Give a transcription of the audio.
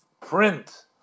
print